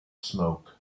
smoke